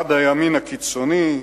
עד הימין הקיצוני,